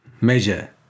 Measure